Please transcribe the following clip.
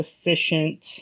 efficient